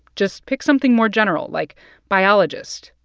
just pick something more general, like biologist.